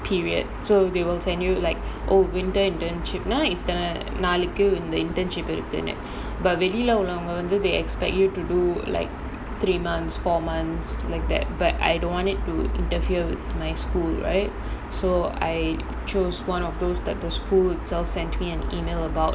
period so they will send you like oh winter internship நா இத்தனை நாளுக்கு இந்த:naa ithana naalukku intha internship இருக்குனு:irukunu they expect you to do like three months four months like that but I don't want it to interfere with my school right so I choose one of those that the school itself sent me an email about